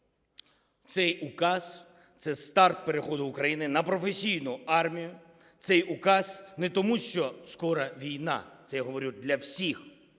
Цей указ – це старт переходу України на професійну армію. Цей указ не тому, що скоро війна, це я говорю для всіх,